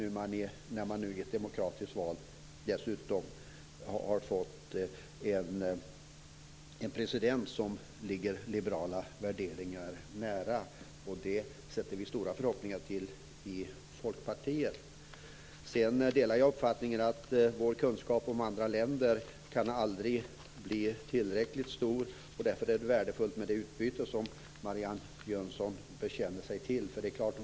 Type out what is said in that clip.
Nu har man ju dessutom genom ett demokratiskt val fått en president som ligger liberala värderingar nära. Det sätter vi stora förhoppningar till i Folkpartiet. Jag delar uppfattningen om att vår kunskap om andra länder aldrig kan bli tillräckligt stor. Därför är det utbyte som Marianne Jönsson bekänner sig till värdefullt.